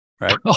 right